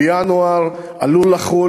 בינואר עלולה לחול